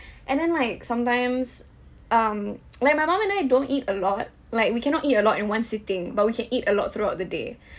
and then like sometimes um like my mom and I don't eat a lot like we cannot eat a lot in one sitting but we can eat a lot throughout the day